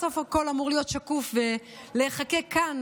בסוף הכול אמור להיות שקוף ולהיחקק כאן